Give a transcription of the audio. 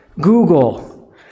google